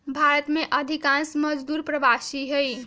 भारत में अधिकांश मजदूर प्रवासी हई